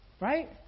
Right